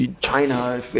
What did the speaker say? China